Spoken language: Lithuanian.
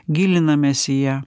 gilinamės į ją